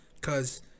Cause